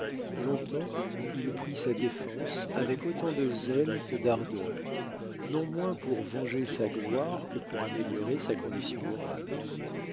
longtemps il prit sa défense avec autant de zèle que d'ardeur non moins pour venger sa gloire que pour améliorer sa condition morale